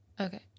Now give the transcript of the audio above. okay